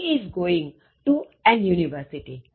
She is going to an university